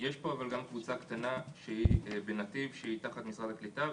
יש פה קבוצה קטנה של נתיב שהיא תחת משרד העלייה והקליטה.